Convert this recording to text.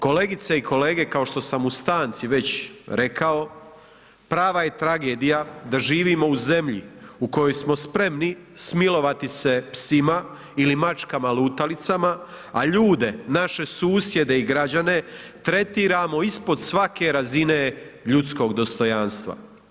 Kolegice i kolege kao što sam u stanci već rekao prava je tragedija da živimo u zemlji u kojoj smo spremni smilovati se psima ili mačkama lutalicama, a ljude naše susjede i građene tretiramo ispod svake razine ljudskog dostojanstva.